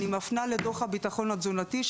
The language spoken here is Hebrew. אני מפנה לדוח הביטחון התזונתי,